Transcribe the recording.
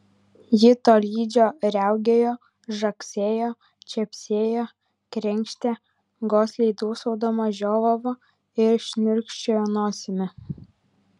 ji tolydžio riaugėjo žagsėjo čepsėjo krenkštė gosliai dūsaudama žiovavo ir šniurkščiojo nosimi